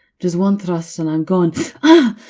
just one thrust and i'm gone ah!